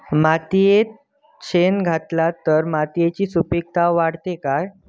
मातयेत शेण घातला तर मातयेची सुपीकता वाढते काय?